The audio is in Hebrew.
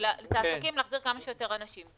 להחזיר כמה שיותר אנשים.